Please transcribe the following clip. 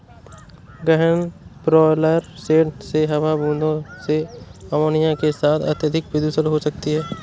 गहन broiler shed में हवा बूंदों से अमोनिया के साथ अत्यधिक प्रदूषित हो सकती है